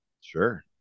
Sure